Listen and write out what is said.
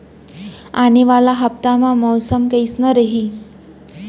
आने वाला हफ्ता मा मौसम कइसना रही?